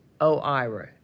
OIRA